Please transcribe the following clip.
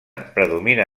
predomina